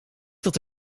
dat